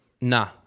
Nah